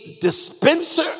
dispenser